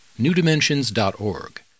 newdimensions.org